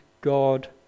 God